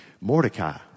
Mordecai